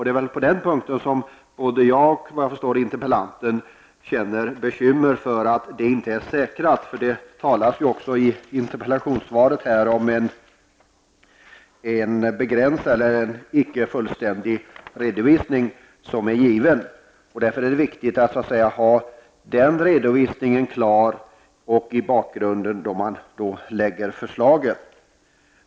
Det är på den punkten som både jag och -- såvitt jag förstår -- interpellanten har bekymmer för att problemet inte är säkrat. Det talas ju också i interpellantionssvaret om en icke fullständig redovisning som givits. Därför är det viktigt att ha den redovisningen klar -- och i bakgrunden -- när man lägger fram förslagen.